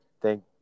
thank